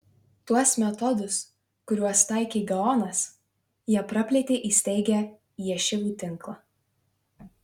tuos metodus kuriuos taikė gaonas jie praplėtė įsteigę ješivų tinklą